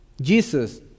Jesus